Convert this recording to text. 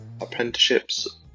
Apprenticeships